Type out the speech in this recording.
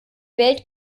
welt